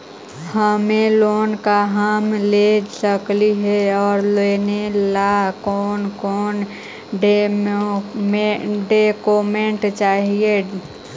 Home loan का हम ले सकली हे, और लेने ला कोन कोन डोकोमेंट चाही?